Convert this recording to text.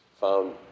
found